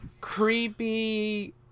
creepy